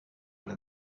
what